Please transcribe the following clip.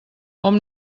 hom